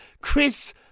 Chris